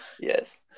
yes